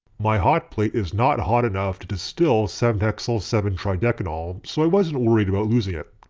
my hotplate is not hot enough to distill seven hexyl seven tridecanol so i wasn't worried about losing it.